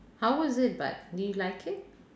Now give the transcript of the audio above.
how was it but do you like it